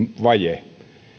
vaje